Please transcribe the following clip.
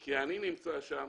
כי אני נמצא שם